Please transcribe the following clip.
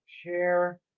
share